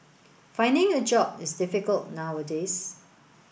finding a job is difficult nowadays